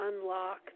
unlock